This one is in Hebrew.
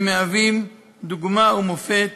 הם מהווים דוגמה ומופת